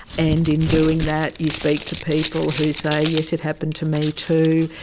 and in doing that you speak to people who say, yes, it happened to me too.